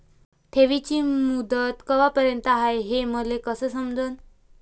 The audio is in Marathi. ठेवीची मुदत कवापर्यंत हाय हे मले कस समजन?